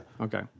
Okay